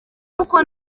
kuko